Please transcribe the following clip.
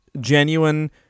genuine